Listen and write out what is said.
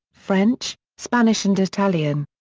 french, spanish and italian.